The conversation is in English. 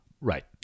right